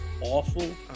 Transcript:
awful